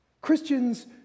Christians